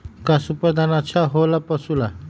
का सुपर दाना अच्छा हो ला पशु ला?